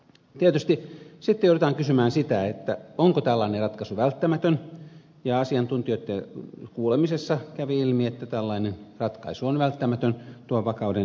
tietysti sitten joudutaan kysymään sitä onko tällainen ratkaisu välttämätön ja asiantuntijoitten kuulemisessa kävi ilmi että tällainen ratkaisu on välttämätön tuon vakauden ylläpitämiseksi